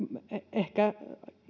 ehkä